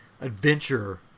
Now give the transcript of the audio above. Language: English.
adventure